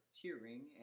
hearing